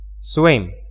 swim